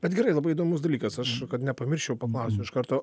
bet gerai labai įdomus dalykas aš kad nepamirščiau paklausiu iš karto